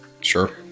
Sure